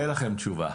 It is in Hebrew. אין לכם תשובה,